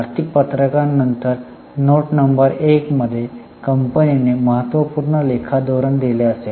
आर्थिक पत्रकांनंतर note number 1 मध्ये कंपनीने महत्त्वपूर्ण लेखा धोरण दिले असेल